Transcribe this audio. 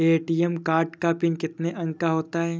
ATM card का pin कितने अंकों का होता है?